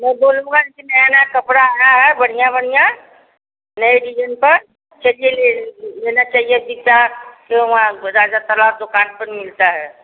मैं बोलूँगा कि नया नया कपड़ा आया है बढ़ियाँ बढ़ियाँ नए चीज पर चेक लेना चाहिए दो चार वह वहाँ राजा तालाब दुकान पर मिलता है